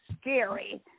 scary